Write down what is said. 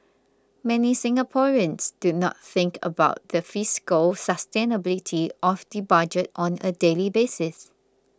many Singaporeans do not think about the fiscal sustainability of the budget on a daily basis